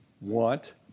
want